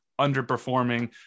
underperforming